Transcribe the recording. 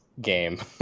game